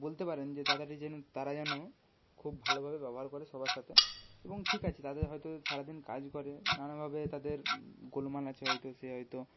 বলতে পারেন যে তাদেরে যেন তারা যেন খুব ভালোভাবে ব্যবহার করে সবার সাথে এবং ঠিক আছে তাদের হয়তো সারাদিন কাজ করে নানাভাবে তাদের গোলমাল আছে হয়তো সে হয়তো